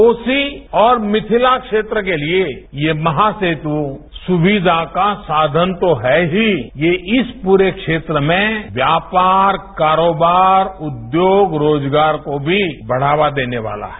कोसी और मिथिला क्षेत्र के लिए ये महासेतु सुविधा का साधन तो है ही ये इस पूरे क्षेत्र में व्यापार कारोबार उद्योग रोजगार को भी बढावा देने वाला है